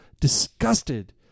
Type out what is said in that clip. disgusted